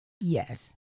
yes